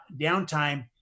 downtime